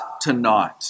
tonight